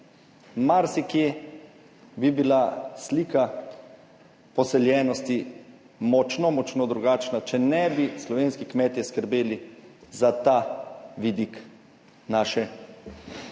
Marsikje bi bila slika poseljenosti močno, močno drugačna, če ne bi slovenski kmetje skrbeli za ta vidik naše